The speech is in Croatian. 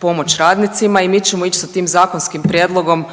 pomoć radnicima i mi ćemo ići sa tim zakonskim prijedlogom